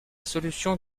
solution